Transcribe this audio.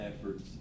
efforts